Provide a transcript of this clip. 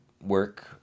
work